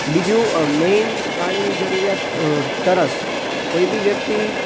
બીજું મેઈન પાણીની જરૂરિયાત તરસ કોઈ બી વ્યક્તિ